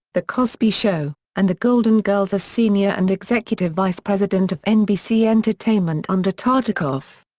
the cosby show, and the golden girls as senior and executive vice president of nbc entertainment under tartikoff.